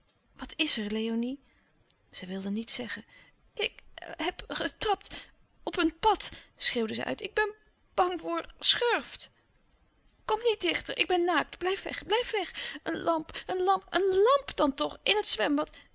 wat is er léonie zij wilde niets zeggen ik heb getrapt op een pad schreeuwde zij uit ik ben bang voor schurft louis couperus de stille kracht kom niet dichter ik ben naakt blijf weg blijf weg een lamp een lamp een làmp dan toch in het zwembad